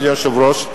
אדוני היושב-ראש,